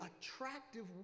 attractive